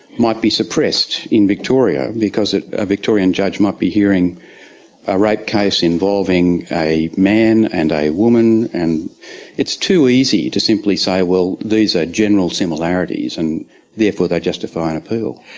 might be suppressed in victoria because a victorian judge might be hearing a rape case involving a man and a woman and it's too easy to simply say, well these are general similarities and therefore they justify an appeal.